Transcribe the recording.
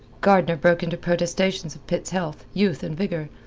gardner broke into protestations of pitt's health, youth, and vigour.